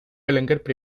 berenguer